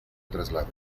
traslado